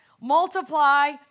Multiply